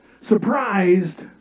Surprised